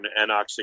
anoxic